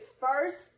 first